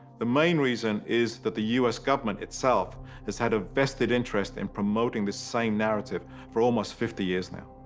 the main reason is that the us government itself has had a vested interest in promoting this same narrative for almost fifty years now.